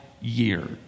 years